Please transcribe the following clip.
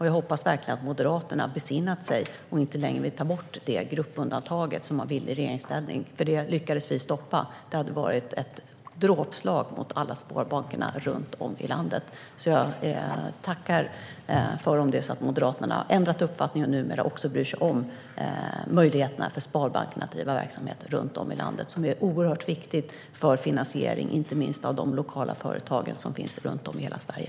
Jag hoppas verkligen att Moderaterna har besinnat sig och inte längre vill ta bort det gruppundantaget, som de ville göra i regeringsställning. Vi lyckades nämligen stoppa det. Det hade varit ett dråpslag mot alla sparbanker runt om i landet. Jag tackar för det fall Moderaterna har ändrat uppfattning och numera också bryr sig om möjligheterna för sparbanker att driva verksamhet runtom i landet. Det är oerhört viktigt för finansieringen, inte minst av de lokala företag som finns i hela Sverige.